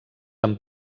han